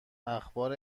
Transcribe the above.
اخبار